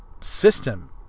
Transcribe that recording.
system